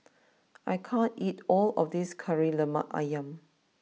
I can't eat all of this Kari Lemak Ayam